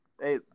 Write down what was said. Hey